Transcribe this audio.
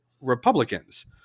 Republicans